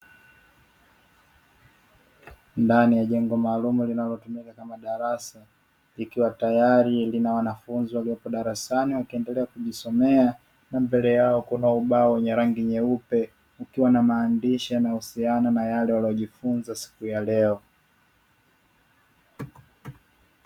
Ndani ya jengo maalumu linalotumika kama darasa likiwa tayari lina wanafunzi waliopo darasani, wakiendelea kujisomea na mbele yao kuna ubao wenye rangi nyeupe ukiwa na maandishi yanayohusiana na yale waliojifunza siku ya leo.